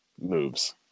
moves